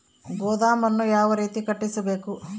ಗೋದಾಮನ್ನು ಯಾವ ರೇತಿ ಕಟ್ಟಿಸಬೇಕು?